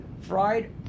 fried